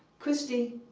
christy